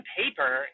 paper